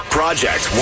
project